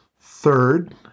Third